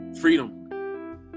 freedom